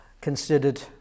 considered